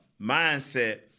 mindset